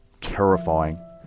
terrifying